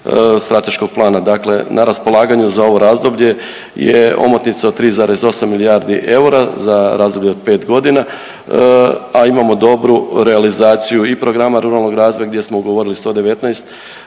strateškog plana. Dakle, na raspolaganju za ovo razdoblje je omotnica od 3,8 milijardi eura za razdoblje od pet godina, a imamo dobru realizaciju i programa ruralnog razvoja, gdje smo ugovorili 119